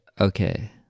Okay